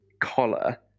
collar